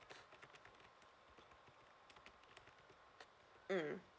mm